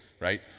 right